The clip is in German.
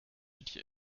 die